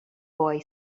boy